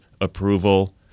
approval